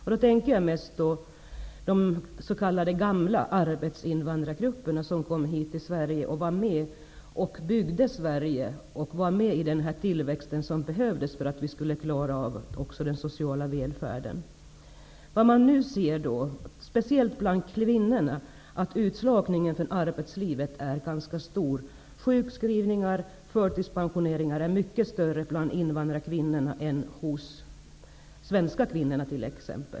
Jag tänker då mest på de s.k. de gamla arbetsinvandrargrupperna, som kom till Sverige, vad med om att bygga Sverige, medverkade till den tillväxt som behövdes för att vi skulle kunna bygga upp den sociala välfärden. Nu ser man, speciellt bland kvinnorna, att utslagningen från arbetslivet är ganska stor. Sjukskrivningar och förtidspensioneringar är mycket mer frekventa bland invandrarkvinnorna än t.ex. hos de svenska kvinnorna.